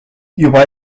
juba